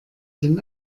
den